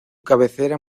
cabecera